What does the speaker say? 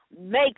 make